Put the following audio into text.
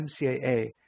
MCAA